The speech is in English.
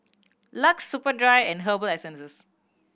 LUX Superdry and Herbal Essences